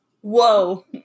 Whoa